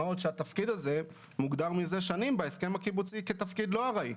מה עוד שהתפקיד הזה מוגדר מזה שנים בהסכם הקיבוצי כתפקיד לא ארעי.